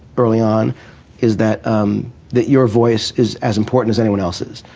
early on is that um that your voice is as important as anyone else's.